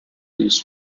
used